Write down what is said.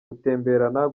gutemberana